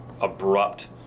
abrupt